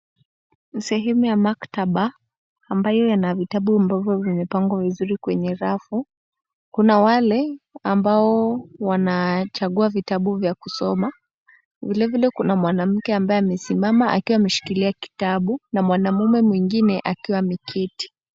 Sehemu ya maktaba, ambayo yana vitabu vilivyopangwa vizuri kwenye rafu, kuna wale ambao wanachagua vitabu vya kusoma. Vilevile, kuna mwanamke ambaye amesimama akiwa ameshikilia kitabu, na mwanamume mwingine akiwa ameketi.